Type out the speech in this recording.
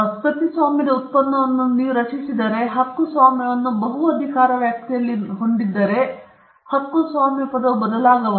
ಕೃತಿಸ್ವಾಮ್ಯದ ಉತ್ಪನ್ನವನ್ನು ನೀವು ರಚಿಸಿದರೆ ಮತ್ತು ಹಕ್ಕುಸ್ವಾಮ್ಯವನ್ನು ಬಹು ಅಧಿಕಾರ ವ್ಯಾಪ್ತಿಯಲ್ಲಿ ಹೊಂದಿದ್ದರೆ ಹಕ್ಕುಸ್ವಾಮ್ಯ ಪದವು ಬದಲಾಗಬಹುದು